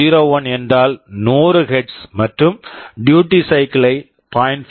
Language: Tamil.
01 என்றால் 100 ஹெர்ட்ஸ் Hz மற்றும் டியூட்டி சைக்கிள் duty cycle ஐ 0